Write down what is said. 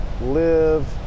live